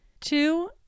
Two